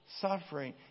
suffering